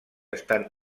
estan